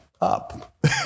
up